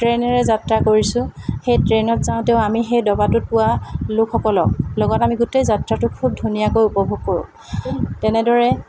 ট্ৰেইনেৰে যাত্ৰা কৰিছোঁ সেই ট্ৰেইনত যাওঁতেও আমি সেই দবাটোত পোৱা লোকসকলক লগত আমি গোটেই যাত্ৰাটো খুব ধুনীয়াকৈ উপভোগ কৰোঁ তেনেদৰে